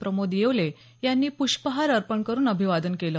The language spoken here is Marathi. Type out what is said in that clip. प्रमोद येवले यांनी पुष्पहार अर्पण करून अभिवादन केलं